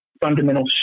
Fundamental